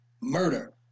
murder